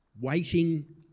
Waiting